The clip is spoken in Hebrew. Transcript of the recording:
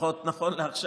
לפחות נכון לעכשיו,